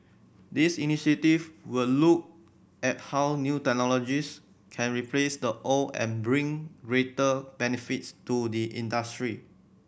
these initiatives will look at how new technologies can replace the old and bring greater benefits to the industry